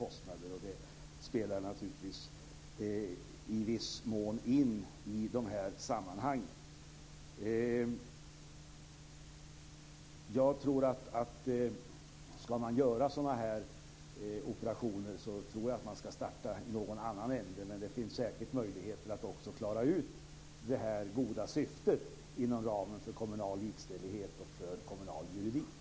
Det spelar naturligtvis i viss mån in i de här sammanhangen. Ska man göra sådana här operationer tror jag att man ska starta i någon annan ände, men det finns säkert möjligheter att också klara ut det goda syftet inom ramen för kommunal likställighet och kommunal juridik.